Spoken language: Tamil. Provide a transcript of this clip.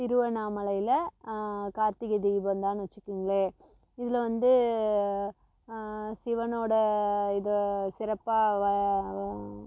திருவண்ணாமலைல கார்த்திகை தீபம்தான் வச்சிக்கோங்களேன் இதில் வந்து சிவனோடய இதை சிறப்பாக வ